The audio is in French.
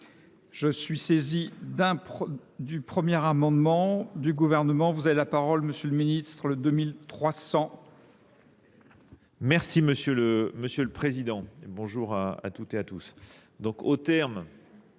Je suis saisi du premier premier amendement du gouvernement, vous avez la parole monsieur le ministre, le 2300. Merci monsieur le président et bonjour à toutes et à tous.